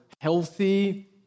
healthy